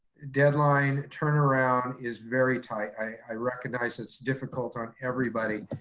deadline turnaround is very tight. i recognize it's difficult on everybody,